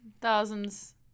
thousands